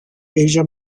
asia